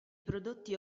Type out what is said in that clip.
prodotti